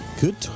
good